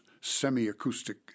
semi-acoustic